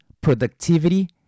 productivity